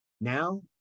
Now